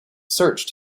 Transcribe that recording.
searched